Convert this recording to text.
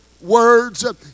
words